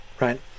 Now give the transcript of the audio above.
Right